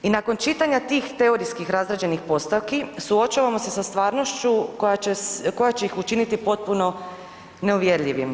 I nakon čitanja tih teorijski razrađenih postavki suočavamo se sa stvarnošću koja će ih učiniti potpuno neuvjerljivim.